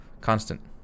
constant